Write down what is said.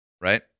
Right